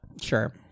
Sure